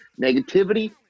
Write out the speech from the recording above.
Negativity